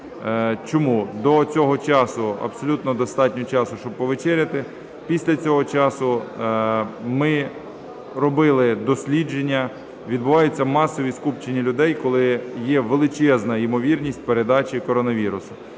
Чому? До цього часу абсолютно достатньо часу, щоб повечеряти, після цього часу, ми робили дослідження, відбуваються масові скупчення людей, коли є величезна ймовірність передачі коронавірусу.